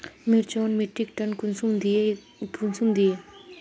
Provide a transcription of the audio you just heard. मिर्चान मिट्टीक टन कुंसम दिए?